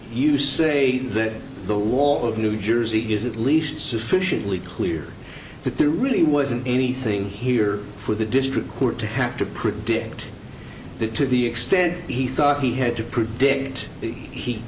you say that the wall of new jersey is at least sufficiently clear that there really wasn't anything here for the district court to have to predict that to the extent he thought he had to